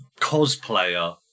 cosplayer